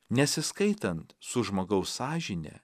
nesiskaitant su žmogaus sąžine